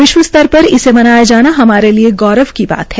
विश्व स्तर पर इसे मनाया जाना हमो लिये गौरव की बात है